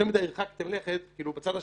מדי הרחקתם לכת לצד השני,